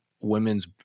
women's